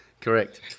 Correct